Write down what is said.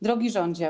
Drogi Rządzie!